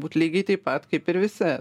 būt lygiai taip pat kaip ir visi